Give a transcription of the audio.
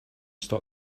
stop